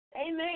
Amen